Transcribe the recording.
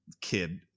kid